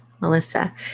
Melissa